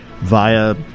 via